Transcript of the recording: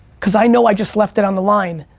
cause i know i just left it on the line.